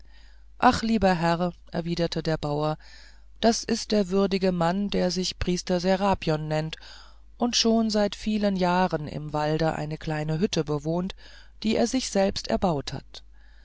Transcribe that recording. ach lieber herr erwiderte der bauer das ist der würdige mann der sich priester serapion nennt und schon seit vielen jahren im walde eine kleine hütte bewohnt die er sich selbst erbaut hat